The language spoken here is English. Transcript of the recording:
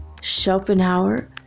Schopenhauer